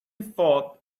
fought